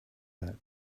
that